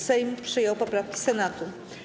Sejm przyjął poprawkę Senatu.